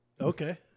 Okay